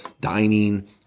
dining